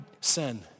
sin